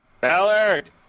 Ballard